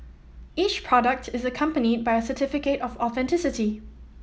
each product is accompanied by a certificate of authenticity